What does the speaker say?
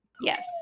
Yes